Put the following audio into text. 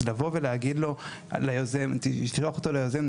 אז לבוא ולשלוח אותו ליוזם,